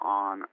on